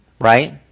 right